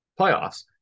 playoffs